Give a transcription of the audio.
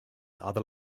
other